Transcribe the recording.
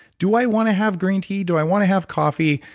do i want to have green tea? do i want to have coffee?